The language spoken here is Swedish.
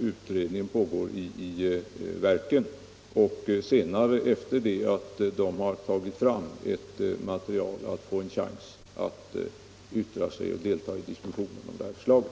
utredningen pågår i verken och efter det att dessa har tagit fram ett material att få en chans att yttra sig och delta i diskussionen om förslaget.